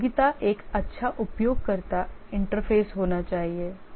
उपयोगिता एक अच्छा उपयोगकर्ता इंटरफ़ेस होना चाहिए